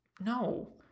no